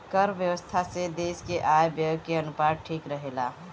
कर व्यवस्था से देस के आय व्यय के अनुपात ठीक रहेला